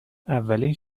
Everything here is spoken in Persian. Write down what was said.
اولین